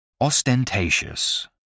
Ostentatious